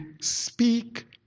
speak